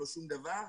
לא שום דבר,